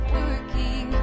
working